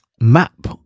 map